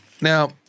Now